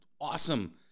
awesome